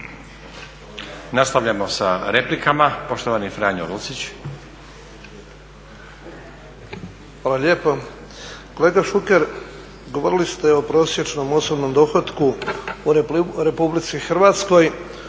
Nastavljamo sa replikama. Poštovani Franjo Lucić. **Lucić, Franjo (HDZ)** Hvala lijepo. Kolega Šuker, govorili ste o prosječnom osobnom dohotku u Republici Hrvatskoj